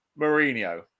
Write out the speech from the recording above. Mourinho